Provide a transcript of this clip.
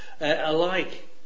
alike